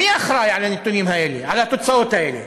מי אחראי לנתונים האלה, לתוצאות האלה?